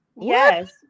Yes